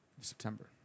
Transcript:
September